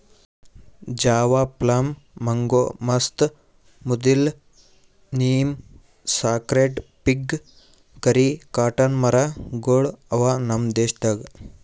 Java plum, mango, ಮಸ್ತ್, ಮುದಿಲ್ಲ, neem, sacred fig, curry, cotton ಮರ ಗೊಳ್ ಅವಾ ನಮ್ ದೇಶದಾಗ್